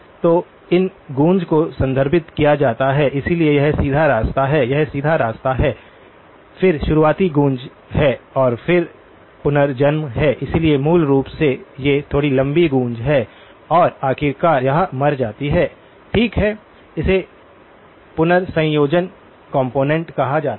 तो इन गूँज को संदर्भित किया जाता है इसलिए यह सीधा रास्ता है यह सीधा रास्ता है फिर शुरुआती गूँज हैं और फिर पुनर्जन्म हैं इसलिए मूल रूप से ये थोड़ी लंबी गूँज हैं और आखिरकार यह मर जाती हैं ठीक है इन्हें पुनर्संयोजन कॉम्पोनेन्ट कहा जाता है